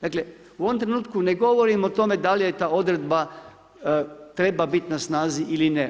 Dakle u ovom trenutku ne govorim o tome, da li ova odredba treba biti na snazi ili ne.